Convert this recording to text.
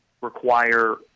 require